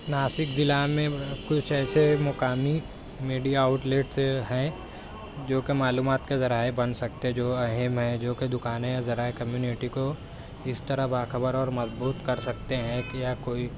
ناسک ضلع میں کچھ ایسے مقامی میڈیا آؤٹ لیٹ ہیں جوکہ معلومات کے ذرائع بن سکتے جو اہم ہیں جوکہ دکانیں یا ذرائع کمیونٹی کو اس طرح باخبر اور مضبوط کر سکتے ہیں کہ یا کوئی